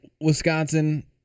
Wisconsin